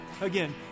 Again